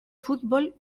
fútbol